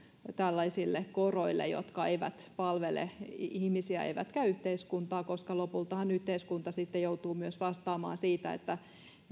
tällaisille koroille jotka eivät palvele ihmisiä eivätkä yhteiskuntaa koska lopultahan yhteiskunta sitten joutuu vastaamaan siitä